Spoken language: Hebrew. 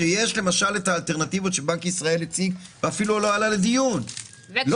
כשיש את האלטרנטיבות שבנק ישראל הציג ואפילו לא עלו לדיון -- זאת